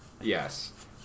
Yes